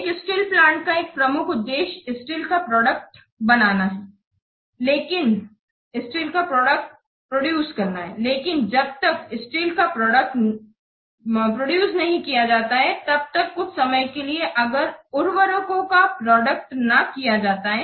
एक steel plant का एक मुख्य उद्देश्य स्टील्स का प्रोडक्ट न करता है लेकिन जब तक स्टील्स का प्रोडक्ट न नहीं किया जाता है तब तक कुछ समय के लिए अगर उर्वरकों का प्रोडक्ट न किया जाता है